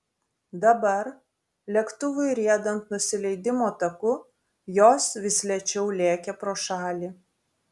dabar lėktuvui riedant nusileidimo taku jos vis lėčiau lėkė pro šalį